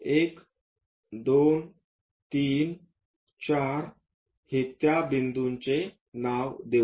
1 2 3 4 हे त्या बिंदूचे नाव देऊ